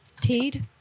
Teed